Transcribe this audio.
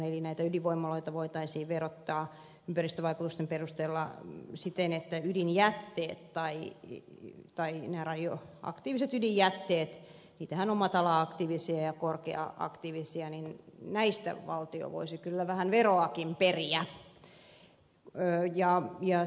eli ydinvoimaloita voitaisiin verottaa ympäristövaikutusten perusteella siten että on lähtenyt tai eri päivinä radio aktiivisista ydinjätteistä niitähän on matala aktiivisia ja korkea aktiivisia valtio voisi kyllä vähän veroakin periä